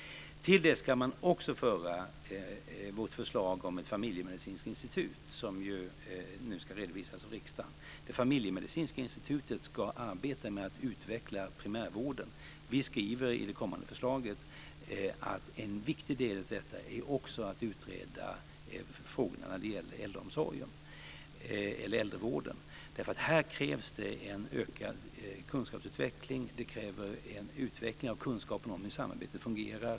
Till detta ska föras vårt förslag om ett familjemedicinskt institut som nu ska redovisas för riksdagen. Det familjemedicinska institutet ska arbeta med att utveckla primärvården. Vi skriver i det kommande förslaget att en viktig del i detta är också att utreda en förfrågan om äldrevården. Här krävs det en utveckling av kunskapen om hur samarbetet fungerar.